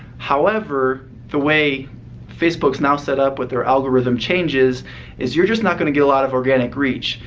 however, the way facebook's now set up with their algorithm changes is you're just not going to get a lot of organic reach.